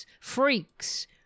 freaks